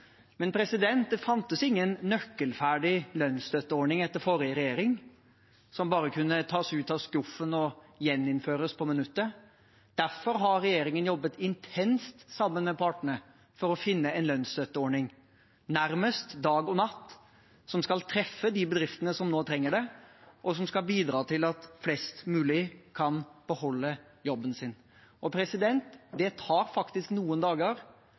Det fantes ingen nøkkelferdig lønnsstøtteordning etter den forrige regjeringen som bare kunne tas ut av skuffen og gjeninnføres på minuttet. Derfor har regjeringen jobbet intenst sammen med partene – nærmest dag og natt – for å finne en lønnsstøtteordning som skal treffe de bedriftene som nå trenger det, og som skal bidra til at flest mulig kan beholde jobben sin. Skal vi sikre at dette blir en ordning som er god, tar det faktisk noen dager.